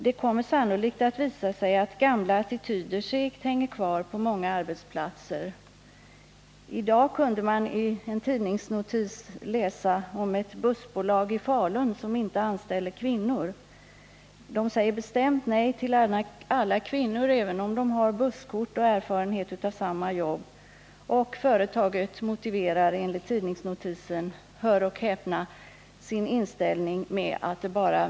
Det kommer sannolikt att visa sig att gamla attityder segt hänger kvar på många arbetsplatser. I dag kunde man i en tidningsnotis läsa om ett bussbolag i Falun som inte anställer kvinnor. Detta bolag säger bestämt nej till alla kvinnor även om dessa har busskort och erfarenhet av samma jobb. Företaget motiverar enligt tidningsnotisen sin inställning — hör och häpna!